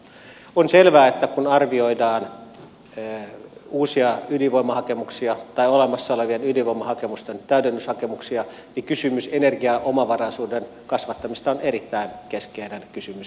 on selvää että kun arvioidaan uusia ydinvoimahakemuksia tai olemassa olevien ydinvoimahakemusten täydennyshakemuksia niin kysymys energiaomavaraisuuden kasvattamisesta on erittäin keskeinen kysymys